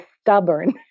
stubborn